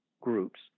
groups